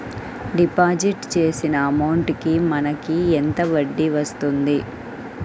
Deposit చేసిన amount కి మనకి ఎంత వడ్డీ వస్తుంది?